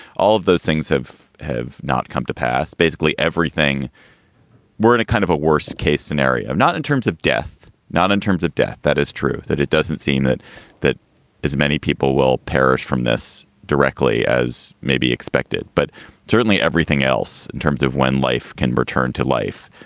all of those things have have not come to pass. basically, everything we're in a kind of a worst case scenario, not in terms of death, not in terms of death. that is true, that it doesn't seem that that as many people will perish from this directly as may be expected. but certainly everything else in terms of when life can return to life,